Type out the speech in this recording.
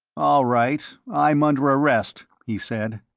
all right, i'm under arrest, he said.